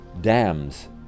dams